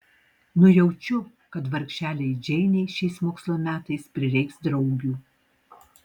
nujaučiu kad vargšelei džeinei šiais mokslo metais prireiks draugių